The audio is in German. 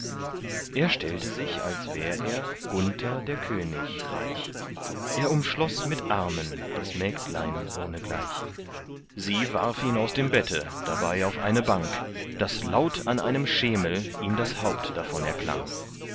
er stellte sich als wär er gunther der könig reich er umschloß mit armen das mägdlein ohnegleich sie warf ihn aus dem bette dabei auf eine bank daß laut an einem schemel ihm das haupt davon erklang